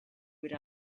would